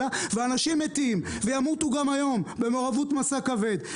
ואנשים מתים, וימותו גם היום, במעורבות משא כבד.